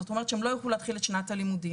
זאת אומרת שהם לא יוכלו להתחיל את שנת הלימודים.